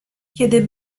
kiedy